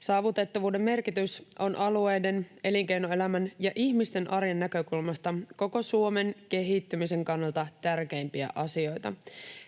Saavutettavuuden merkitys on alueiden elinkeinoelämän ja ihmisten arjen näkökulmasta koko Suomen kehittymisen kannalta tärkeimpiä asioita.